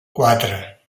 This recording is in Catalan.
quatre